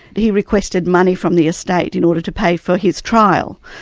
he requested money from the estate in order to pay for his trial,